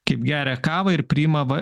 kaip geria kavą ir priima va